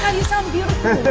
you sound beautiful.